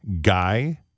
Guy